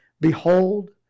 Behold